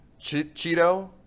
Cheeto